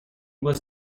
was